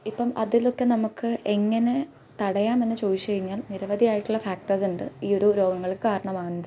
ഇപ്പം അതിലൊക്കെ നമുക്ക് എങ്ങനെ തടയാമെന്ന് ചോദിച്ച് കഴിഞ്ഞാൽ നിരവധി ആയിട്ടുള്ള ഫാക്ടെർസ് ഉണ്ട് ഈ ഒരു രോഗങ്ങൾക്ക് കാരണമാകുന്നത്